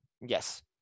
yes